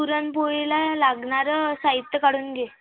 पुरणपोळीला लागणारं साहित्य काढून घे